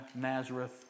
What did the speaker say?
Nazareth